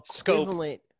equivalent –